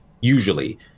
usually